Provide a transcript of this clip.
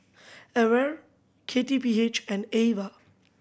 AWARE K T P H and Ava